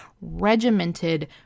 regimented